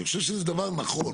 אני חושב שזה דבר נכון,